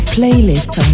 playlist